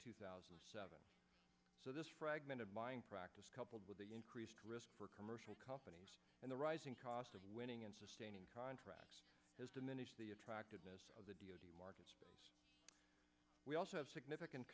two thousand and seven so this fragment of buying practice coupled with the increased risk for commercial companies and the rising cost of winning and sustaining contrasts has diminished the attractiveness of the market we also have significant